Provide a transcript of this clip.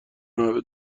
نوه